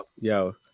yo